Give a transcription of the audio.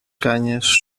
canyes